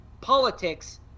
politics